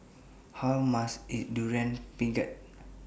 How much IS Durian Pengat